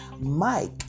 Mike